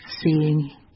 seeing